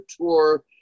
tour